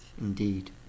indeed